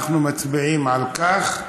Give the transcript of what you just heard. אנחנו מצביעים על כך.